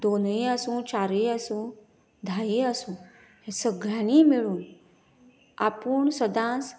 दोनय आसूं चारय आसूं धायेक आसूं हे सगळ्यांनी मेळून आपूण सदांच